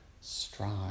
strive